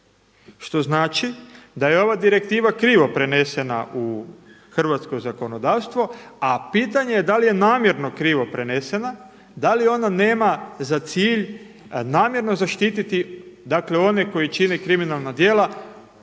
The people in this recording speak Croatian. Što znači da je ova direktiva krivo prenesena u hrvatsko zakonodavstvo a pitanje je da li je namjerno krivo prenesena, da li ona nema za cilj namjerno zaštiti dakle one koji čine kriminalna djela,